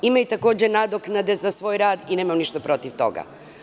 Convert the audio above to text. Imaju takođe i nadoknade za svoj rad i nemam ništa protiv toga.